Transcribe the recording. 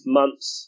months